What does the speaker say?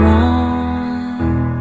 one